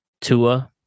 Tua